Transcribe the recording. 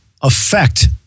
affect